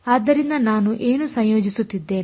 ಆದ್ದರಿಂದ ನಾನು ಏನು ಸಂಯೋಜಿಸುತ್ತಿದ್ದೇನೆ